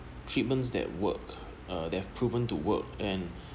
treatments that work uh that have proven to work and